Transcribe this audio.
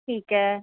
ਠੀਕ ਹੈ